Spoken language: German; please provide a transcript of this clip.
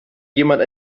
jemand